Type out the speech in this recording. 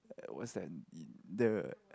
uh what's that in the